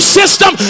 system